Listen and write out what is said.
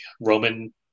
Roman